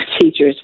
teachers